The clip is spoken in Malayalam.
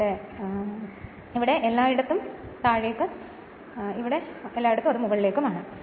അതിനാൽ ഇവിടെ എല്ലായിടത്തും താഴേക്ക് ഇവിടെ എല്ലായിടത്തും അത് മുകളിലേക്ക് ആണ്